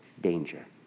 danger